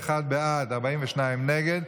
31 בעד, 42 נגד.